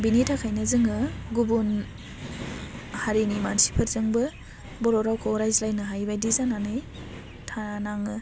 बेनि थाखायनो जोङो गुबुन हारिनि मानसिफोरजोंबो बर' रावखौ रायज्लायनो हायि बायदि जानानै थानाङो